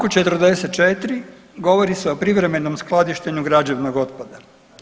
U čl. 44. govori se o privremenom skladištenju građevnog otpada.